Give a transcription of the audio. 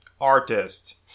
artist